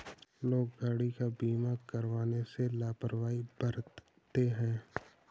लोग गाड़ी का बीमा करवाने में लापरवाही बरतते हैं